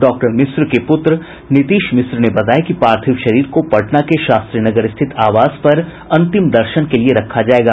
doctor Mishra के पूत्र नीतीश मिश्र ने बताया कि पार्थिव शरीर को पटना के शास्त्रीनगर स्थित आवास पर अंतिम दर्शन के लिए रखा जायेगा